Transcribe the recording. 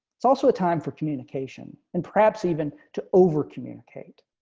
it's also a time for communication and perhaps even to over communicate.